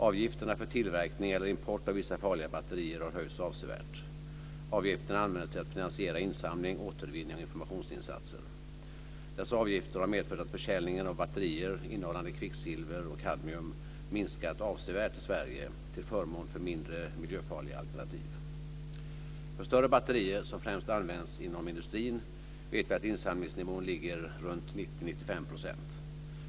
Avgifterna för tillverkning eller import av vissa farliga batterier har höjts avsevärt. Avgifterna används till att finansiera insamling, återvinning och informationsinsatser. Avgifterna har medfört att försäljningen av batterier innehållande kvicksilver och kadmium minskat avsevärt i Sverige till förmån för mindre miljöfarliga alternativ. För större batterier som främst används inom industrin vet vi att insamlingsnivån ligger runt 90 95 %.